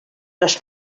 les